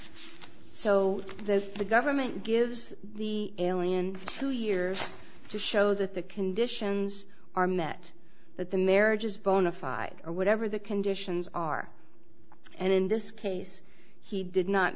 so that the government gives the alien two years to show that the conditions are met that the marriage is bonafide or whatever the conditions are and in this case he did not